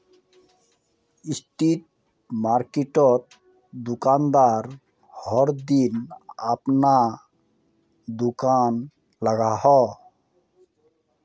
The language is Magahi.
स्ट्रीट मार्किटोत दुकानदार हर दिन अपना दूकान लगाहा